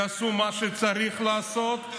יעשו מה שצריך לעשות,